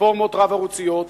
מפלטפורמות רב-ערוציות,